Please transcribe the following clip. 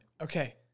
Okay